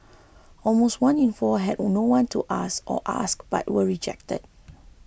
almost one in four had no one to ask or asked but were rejected